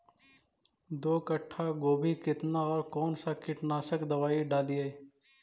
दो कट्ठा गोभी केतना और कौन सा कीटनाशक दवाई डालिए?